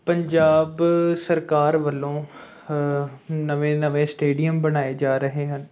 ਪੰਜਾਬ ਸਰਕਾਰ ਵੱਲੋਂ ਨਵੇਂ ਨਵੇਂ ਸਟੇਡੀਅਮ ਬਣਾਏ ਜਾ ਰਹੇ ਹਨ